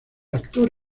actor